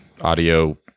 audio